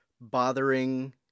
bothering